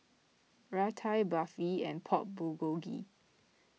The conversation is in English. Raita Barfi and Pork Bulgogi